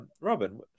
Robin